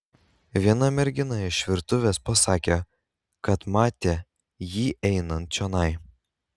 viena mergina iš virtuvės pasakė kad matė jį einant čionai